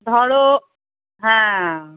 ধরো হ্যাঁ